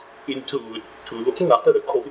into to looking after the COVID